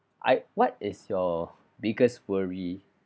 I what is your biggest worry